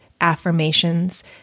affirmations